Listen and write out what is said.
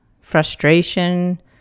frustration